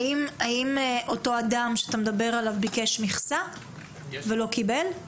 האם אותו אדם שאתה מדבר עליו ביקש מכסה ולא קיבל?